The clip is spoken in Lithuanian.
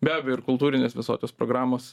be abejo ir kultūrinės visokios programos